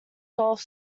gulf